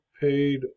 paid